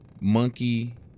Monkey